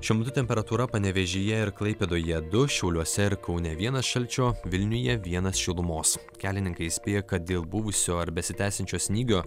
šiuo metu temperatūra panevėžyje ir klaipėdoje du šiauliuose ir kaune vienas šalčio vilniuje vienas šilumos kelininkai įspėja kad dėl buvusio ar besitęsiančio snygio